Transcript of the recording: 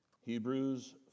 Hebrews